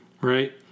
right